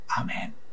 Amen